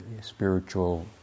spiritual